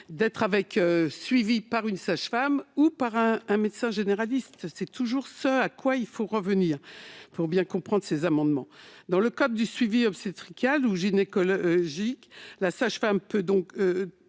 d'être suivie par une sage-femme ou par un médecin généraliste ; il faut toujours revenir à cela pour bien comprendre ces amendements. Dans le cadre du suivi obstétrical ou gynécologique, la sage-femme doit